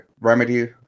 remedy